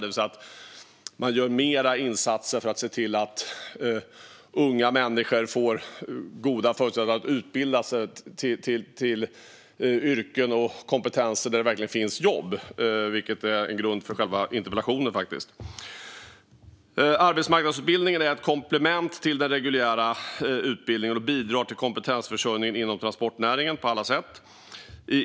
Det handlar alltså om att man gör mer insatser för att se till att unga människor får goda förutsättningar att utbilda sig till yrken och kompetenser där det verkligen finns jobb, vilket är en grund för själva interpellationen. Arbetsmarknadsutbildningen är ett komplement till den reguljära utbildningen och bidrar till kompetensförsörjningen inom transportnäringen på alla sätt.